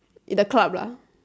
in the club lah